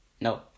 No